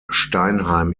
steinheim